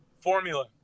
formula